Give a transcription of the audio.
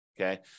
okay